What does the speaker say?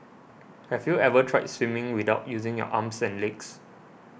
have you ever tried swimming without using your arms and legs